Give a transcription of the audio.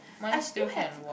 my still can work